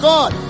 God